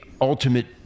ultimate